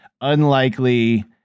unlikely